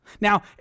Now